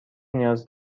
نیاز